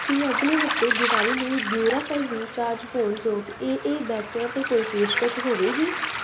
ਕੀ ਅਗਲੇ ਹਫਤੇ ਦੀਵਾਲੀ ਲਈ ਡਿਊਰਾਸੈੱਲ ਰੀਚਾਰਜ ਹੋਣ ਯੋਗ ਏਏ ਬੈਟਰੀਆਂ 'ਤੇ ਕੋਈ ਪੇਸ਼ਕਸ਼ ਹੋਵੇਗੀ